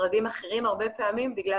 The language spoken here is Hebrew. במשרדים אחרים הרבה פעמים בגלל